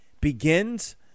begins